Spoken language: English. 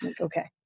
Okay